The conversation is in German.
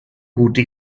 gute